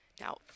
Now